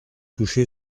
touché